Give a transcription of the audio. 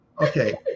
Okay